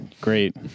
Great